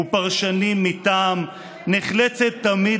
ופרשנים מטעם נחלצת תמיד